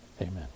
Amen